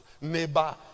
neighbor